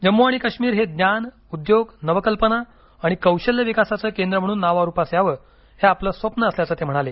जम्मू आणि काश्मीर हे ज्ञान उद्योग नवकल्पना आणि कौशल्य विकासाचं केंद्र म्हणून नावारूपास यावं हे आपलं स्वप्न असल्याचं ते म्हाणाले